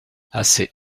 assez